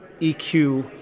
EQ